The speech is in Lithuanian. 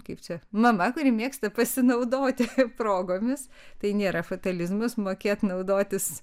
kaip čia mama kuri mėgsta pasinaudoti progomis tai nėra fatalizmas mokėt naudotis